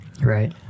Right